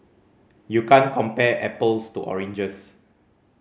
you can't compare apples to oranges